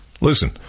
Listen